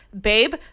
babe